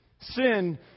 sin